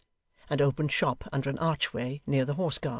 and opened shop under an archway near the horse guards.